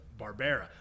Barbera